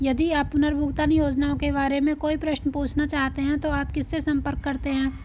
यदि आप पुनर्भुगतान योजनाओं के बारे में कोई प्रश्न पूछना चाहते हैं तो आप किससे संपर्क करते हैं?